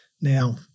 Now